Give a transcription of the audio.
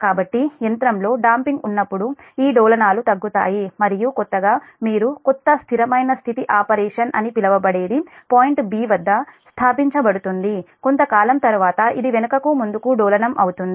కాబట్టి యంత్రంలో డాoపింగ్ ఉన్నప్పుడు ఈ డోలనాలు తగ్గుతాయి మరియు కొత్తగా మీరు కొత్త స్థిరమైన స్థితి ఆపరేషన్ అని పిలవబడేది పాయింట్ 'b' వద్ద స్థాపించబడుతుంది కొంతకాలం తర్వాత ఇది వెనుకకు ముందుకు డోలనం అవుతుంది